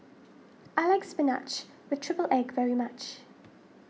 I like Spinach with Triple Egg very much